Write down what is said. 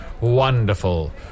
wonderful